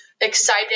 Excited